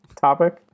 topic